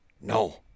no